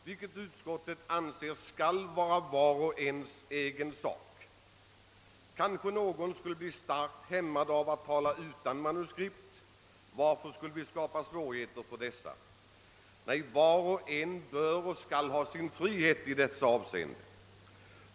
Utskottet anser att detta skall vara vars och ens ensak. Kanske några skulle bli starkt hämmade av att tala utan manuskript. Varför skulle vi skapa svårighet för dem? Nej, var och en bör och skall ha sin frihet i dessa avseenden.